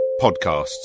podcasts